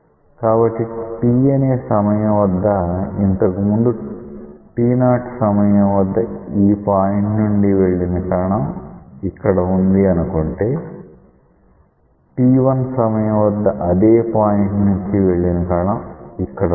కాబట్టి t అనే సమయం వద్ద ఇంతకుముందు t0 సమయం వద్ద ఈ పాయింట్ నుండి వెళ్లిన కణం ఇక్కడ వుంది అనుకుంటే t1 సమయం వద్ద అదే పాయింట్ నుండి వెళ్లిన కణం ఇక్కడ ఉంటుంది